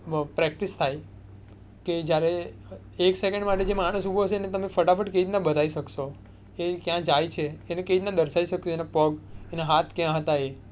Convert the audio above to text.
practice થાય કે જ્યારે એક સેકન્ડ માટે જે માણસ ઊભો છે અને તમે ફટાફટ કેવી રીતના બતાવી શકશો એ ક્યાં જાય છે એને કેવી રીતના દર્શાવી શકશો એના પગ એના હાથ ક્યાં હતા એ